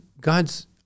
God's